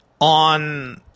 on